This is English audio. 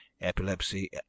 epilepsy